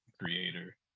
creator